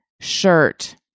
shirt